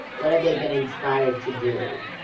what have they been inspired to do.